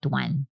one